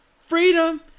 freedom